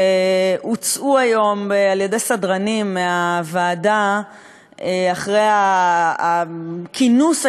שהוצאו היום על-ידי סדרנים מהוועדה אחרי כינוס הישיבה,